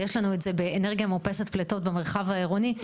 ויש לנו את זה באנרגיה מאופסת פליטות במחרב העירוני.